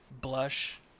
blush